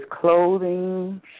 clothing